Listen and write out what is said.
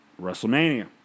WrestleMania